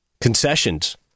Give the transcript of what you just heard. Concessions